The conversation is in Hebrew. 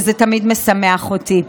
זה תמיד משמח אותי.